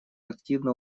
активно